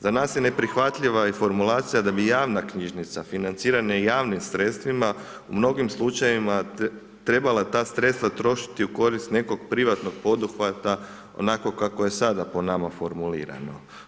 Za nas je neprihvatljiva i formulacija da bi javna knjižnica financirana javnim sredstvima u mnogim slučajevima trebala ta sredstva trošiti u korist nekog privatnog poduhvata, onako kako je sada po nama formulirano.